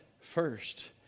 first